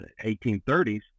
1830s